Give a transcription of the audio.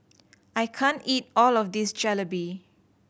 I can't eat all of this Jalebi